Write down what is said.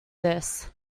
this